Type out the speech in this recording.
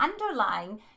underlying